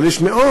אבל יש מאות,